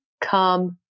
come